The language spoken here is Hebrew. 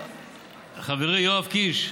חברי יואב קיש,